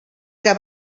que